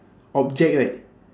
object right